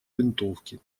винтовки